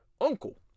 uncle